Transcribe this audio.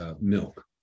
milk